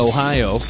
Ohio